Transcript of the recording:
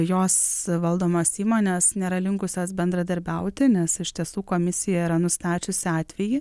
jos valdomos įmonės nėra linkusios bendradarbiauti nes iš tiesų komisija yra nustačiusi atvejį